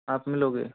आप मिलोगे